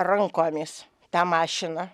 rankomis tą mašiną